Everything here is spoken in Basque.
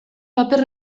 paper